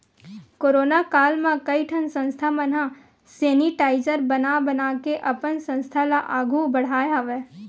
corona काल म कइ ठन संस्था मन ह सेनिटाइजर बना बनाके अपन संस्था ल आघु बड़हाय हवय